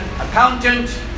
accountant